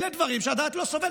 אלה דברים שהדעת לא סובלת,